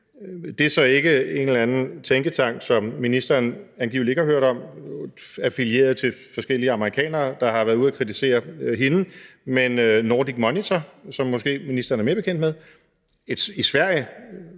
Det er så ikke en eller anden tænketank, som ministeren angiveligt ikke har hørt om, affilieret til forskellige amerikanere, der har været ude og kritisere hende, men Nordic Monitor, som ministeren måske er mere bekendt med, en i Sverige